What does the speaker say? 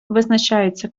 визначаються